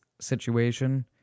situation